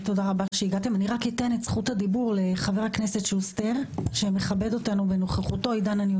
חבר הכנסת שוסטר, בבקשה.